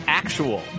actual